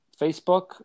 facebook